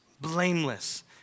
blameless